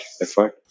effort